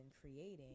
creating